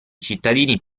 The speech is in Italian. cittadini